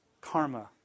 karma